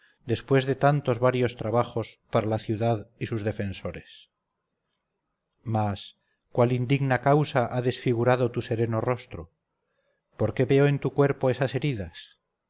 después de tantos varios trabajos para la ciudad y sus defensores mas cuál indigna causa ha desfigurado tu sereno rostro por qué veo en tu cuerpo esas heridas